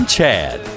Chad